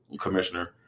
commissioner